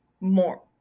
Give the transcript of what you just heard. more